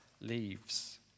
leaves